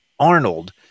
Arnold